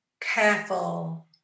careful